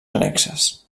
annexes